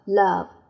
love